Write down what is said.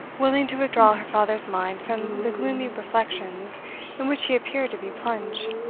willing to withdraw her father's mind from the gloomy reflections in which he appeared to be plunged,